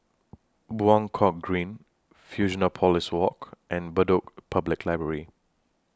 Buangkok Green Fusionopolis Walk and Bedok Public Library